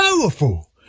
powerful